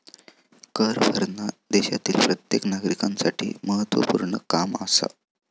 कर भरना देशातील प्रत्येक नागरिकांसाठी महत्वपूर्ण काम आसा